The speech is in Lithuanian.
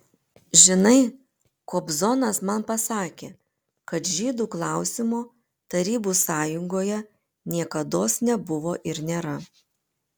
žinai kobzonas man pasakė kad žydų klausimo tarybų sąjungoje niekados nebuvo ir nėra